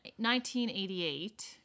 1988